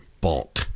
bulk